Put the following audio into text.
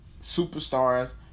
superstars